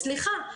סליחה,